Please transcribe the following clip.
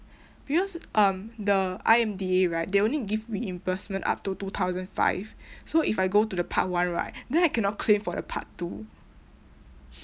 because um the I_M_D_A right they only give reimbursement up to two thousand five so if I go to the part one right then I cannot claim for the part two